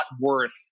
worth